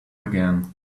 again